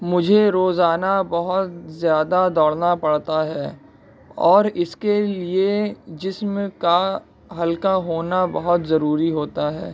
مجھے روزانہ بہت زیادہ دوڑنا پڑتا ہے اور اس کے لیے جسم کا ہلکا ہونا بہت ضروری ہوتا ہے